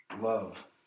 Love